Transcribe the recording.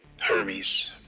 Hermes